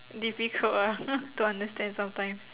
difficult ah don't understand sometimes